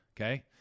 Okay